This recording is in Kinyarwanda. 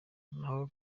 naho